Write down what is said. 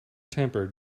temper